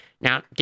Now